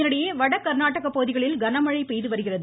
இதனிடையே வட கர்நாடக பகுதிகளில் கனமழை பெய்து வருகிறது